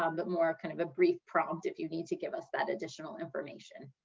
um but more kind of a brief prompt if you need to give us that additional information.